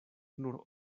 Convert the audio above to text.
nur